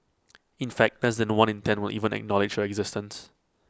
in fact less than one in ten will even acknowledge your existence